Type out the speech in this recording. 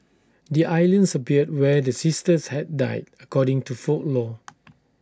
the islands appeared where the sisters had died according to folklore